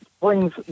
brings